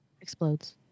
explodes